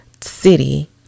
city